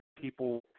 people